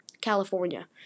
California